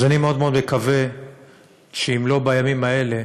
אז אני מאוד מאוד מקווה שאם לא בימים האלה,